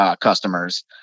customers